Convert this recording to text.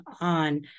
on